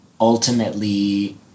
ultimately